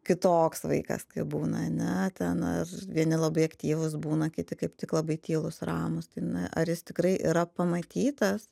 kitoks vaikas kai būna ane ten ar vieni labai aktyvūs būna kiti kaip tik labai tylūs ramūs tai na ar jis tikrai yra pamatytas